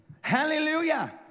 Hallelujah